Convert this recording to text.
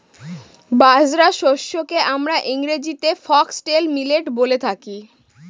বাজরা শস্যকে আমরা ইংরেজিতে ফক্সটেল মিলেট বলে থাকি